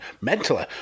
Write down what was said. mentally